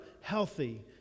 healthy